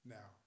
Now